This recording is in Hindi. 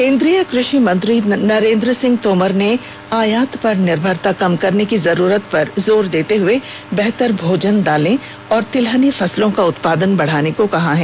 केन्द्रीय कृषि मंत्री नरेन्द्र सिंह तोमर ने आयात पर निर्भरता कम करने की जरूरत पर जोर देते हये बेहतर भोजन दालें और तिलहनी फसलों का उत्पादन बढ़ाने को कहा है